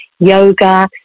yoga